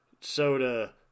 soda